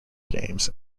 games